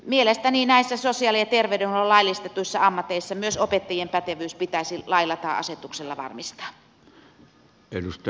mielestäni sosiaali ja terveydenhuollon laillistetuissa ammateissa myös opettajien pätevyys pitäisi lailla tai asetuksella varmistaa